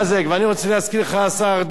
ואני רוצה להזכיר לך, השר ארדן: